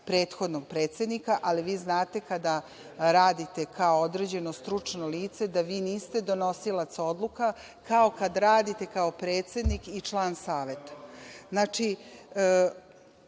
prethodnog predsednika, ali vi znate kada radite kao određeno stručno lice da vi niste donosilac odluka, kao kad radite kao predsednik i član saveta.